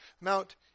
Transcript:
Mount